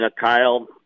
Kyle